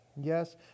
Yes